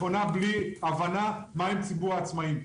מכונה הבנה מה עם ציבור העצמאיים.